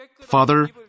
Father